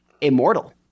Immortal